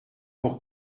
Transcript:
pour